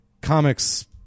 comics